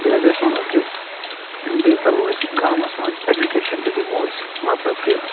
بییٚہٕ اگر أسۍ وَنو کہِ بییٚہِ کَرو أسۍ گامس منٛز ایجوٗکیشن تہِ دِمو أسۍ مطلب کہِ